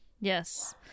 Yes